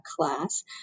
class